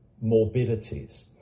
morbidities